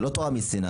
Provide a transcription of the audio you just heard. זה לא תורה מסיני.